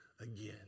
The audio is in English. again